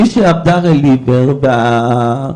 מישהי שעבדה בתור רליוור בתאגיד,